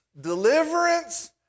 Deliverance